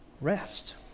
Rest